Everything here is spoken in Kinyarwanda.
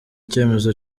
icyemezo